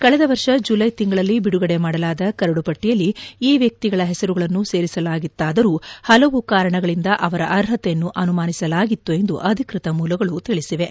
ಕಳೆದ ವರ್ಷ ಜುಲೈ ತಿಂಗಳಲ್ಲಿ ಬಿಡುಗಡೆ ಮಾಡಲಾದ ಕರಡು ಪಟ್ಟಿಯಲ್ಲಿ ಈ ವ್ಯಕ್ತಿಗಳ ಹೆಸರುಗಳನ್ನು ಸೇರಿಸಲಾಗಿತ್ತಾದರೂ ಹಲವು ಕಾರಣಗಳಿಂದ ಅವರ ಅರ್ಹತೆಯನ್ನು ಅನುಮಾನಿಸಲಾಗಿತ್ತು ಎಂದು ಅಧಿಕೃತ ಮೂಲಗಳು ತಿಳಿಸಿವೆ